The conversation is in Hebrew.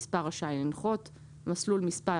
(מספר) רשאי לנחות (3)מסלול...